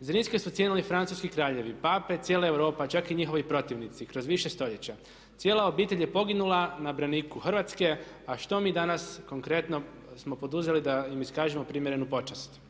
Zrinske su cijenili francuski kraljevi, pape, cijela Europa čak i njihovi protivnici kroz više stoljeća. Cijela obitelj je poginula na braniku Hrvatske. A što mi danas konkretno smo poduzeli da im iskažemo primjerenu počast?